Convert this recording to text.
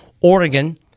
Oregon